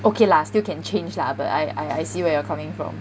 okay lah still can change lah but I I see where you're coming from